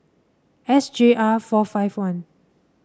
S J R four five one